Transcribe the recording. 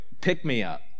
pick-me-up